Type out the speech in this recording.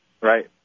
Right